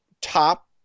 top